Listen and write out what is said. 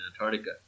Antarctica